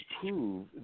prove